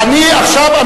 אני עכשיו,